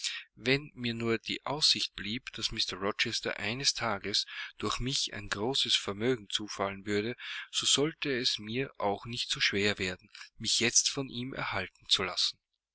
wenn mir nur die aussicht blieb daß mr rochester eines tages durch mich ein großes vermögen zufallen würde so sollte es mir auch nicht so schwer werden mich jetzt von ihm erhalten zu lassen